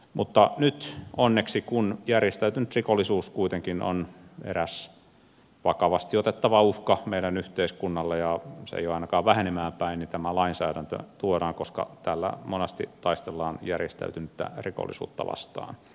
mutta nyt onneksi kun järjestäytynyt rikollisuus kuitenkin on eräs vakavasti otettava uhka meidän yhteiskunnalle ja se ei ole ainakaan vähenemään päin tämä lainsäädäntö tuodaan koska tällä monesti taistellaan järjestäytynyttä rikollisuutta vastaan